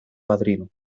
padrino